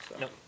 Nope